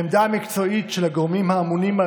העמדה המקצועית של הגורמים האמונים על